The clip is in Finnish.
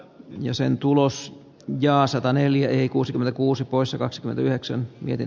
ydin ja sen tulos ja sataneljä eli kuusikymmentäkuusi poissa kaksi työkseen miten